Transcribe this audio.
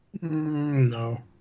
no